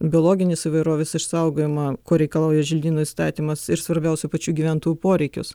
biologinės įvairovės išsaugojimą ko reikalauja želdynų įstatymas ir svarbiausia pačių gyventojų poreikius